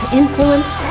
influence